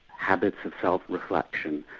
habits of self-reflection,